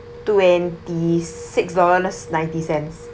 twenty six dollars ninety cents